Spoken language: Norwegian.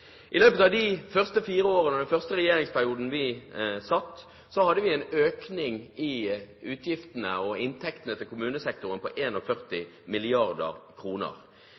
I løpet av de første fire årene av den første perioden vi satt i regjering, hadde vi en økning i utgiftene og inntektene til kommunesektoren på